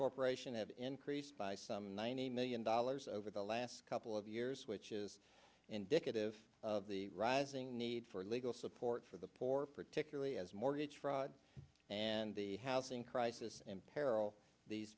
corporation have increased by some nine hundred million dollars over the last couple of years which is indicative of the rising need for legal support for the poor particularly as mortgage fraud and the housing crisis imperil these